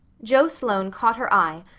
joe sloane caught her eye,